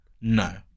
No